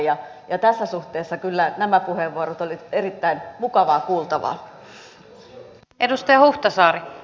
ja tässä suhteessa kyllä nämä puheenvuorot olivat erittäin mukavaa kuultavaa